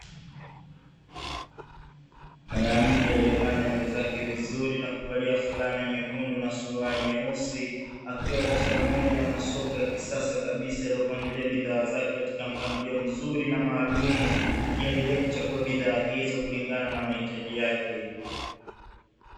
Mwanamke aliyebana nywele zake vizuri na kuvalia fulana nyekundu na suruali nyeusi, akiwa katika moja ya masoko ya kisasa kabisa yaliyopangilia bidhaa zake katika mpangilio mzuri na maalumu, akiendelea kuchagua bidhaa hizo kulingana na mahitaji yake.